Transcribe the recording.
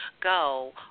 go